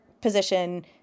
position